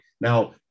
Now